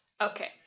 Okay